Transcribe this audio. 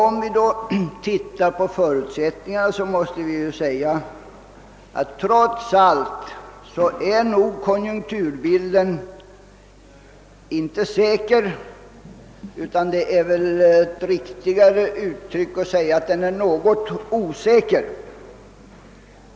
Om vi då ser på förutsättningarna, måste vi konstatera att trots allt är nog konjunkturbilden inte säker, utan det är väl riktigare att säga att den är något osäker.